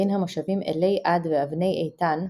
בין המושבים אלי-עד ואבני איתן,